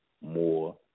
more